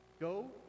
go